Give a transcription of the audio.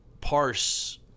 parse